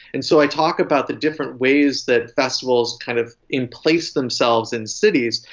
and so i talk about the different ways that festivals kind of emplace themselves in cities.